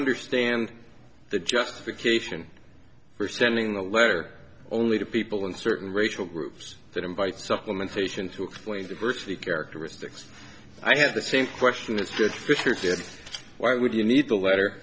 understand the justification for sending the letter only to people in certain racial groups that invites supplementation to explain diversity characteristics i have the same question it's good why would you need a letter